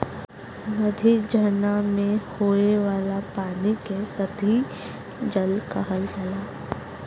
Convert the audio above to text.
नदी, झरना में होये वाला पानी के सतही जल कहल जाला